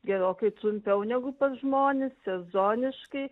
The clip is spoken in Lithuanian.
gerokai trumpiau negu pas žmones sezoniškai